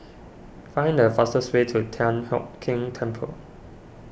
find the fastest way to Thian Hock Keng Temple